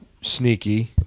sneaky